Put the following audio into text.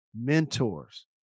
mentors